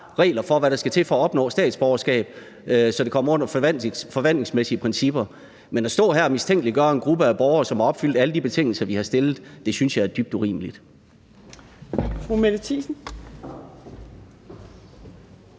regler for, hvad der skal til for at opnå statsborgerskab; altså så det kommer under forvaltningsmæssige principper. Men at stå her og mistænkeliggøre en gruppe af borgere, som har opfyldt alle de betingelser, vi har stillet, synes jeg er dybt urimeligt. Kl. 15:28 Fjerde